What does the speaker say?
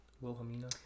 Wilhelmina